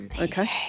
Okay